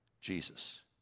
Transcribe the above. Jesus